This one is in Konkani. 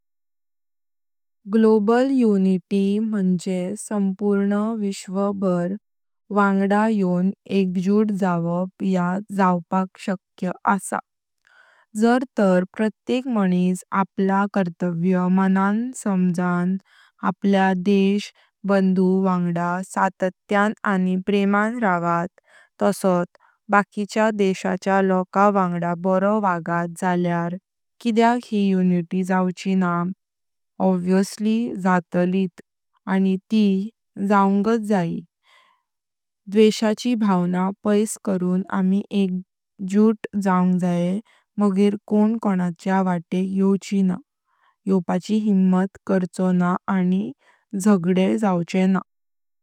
ग्लोबल युनिटी म्हणजे संपूर्ण विश्वभर वांगडा यों एकजूट जावपाक शक्य आसा। जर तार प्रत्येक मनिस आपला कर्तव्य मनन समजन आपल्या देश बंधु वांगडा सतत्यान आणी प्रेमान राखात तसोत बाकीच्या देशा च्या लोकां वांगडा बारो वागात जातल्यार किद्याक ही युनिटी जाऊची ण्हा ऑब्वियसली जातलित आणी ती जाउँगात जाई द्वेषाची भावना पैस करुन आमी एकजूट जाउँग जाई मगेऱ कोण कोणाच्या वाटेक योवपाची हिम्मत करचो ण्हा आणी झगडे जाऊचे ण्हा।